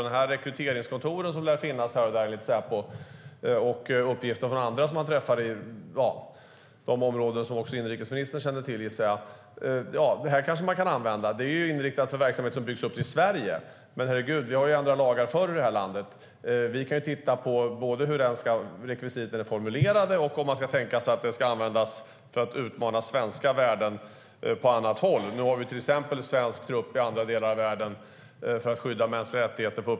Det finns rekryteringskontor här och där, enligt Säpo och andra som man träffar i de områden som också inrikesministern känner till. Den lagstiftningen kanske man kan använda. Den är inriktad på verksamhet som byggs upp i Sverige, men herregud, vi har ju ändrat lagar i det här landet förut. Vi kan titta på både hur rekvisiten är formulerade och om de ska användas för att utmana svenska värden på annat håll. Nu har vi till exempel svensk trupp på uppdrag i andra delar av världen för att skydda mänskliga rättigheter.